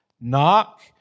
Knock